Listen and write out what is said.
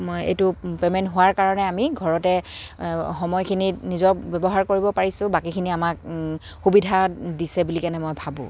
মই এইটো পে'মেণ্ট হোৱাৰ কাৰণে আমি ঘৰতে সময়খিনিত নিজৰ ব্যৱহাৰ কৰিব পাৰিছোঁ বাকীখিনি আমাক সুবিধা দিছে বুলি কেনে মই ভাবোঁ